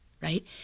right